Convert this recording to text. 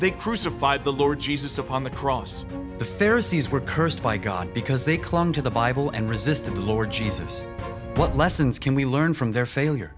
they crucified the lord jesus upon the cross the fair seas were cursed by god because they clung to the bible and resisted the lord jesus what lessons can we learn from their failure